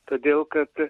todėl kad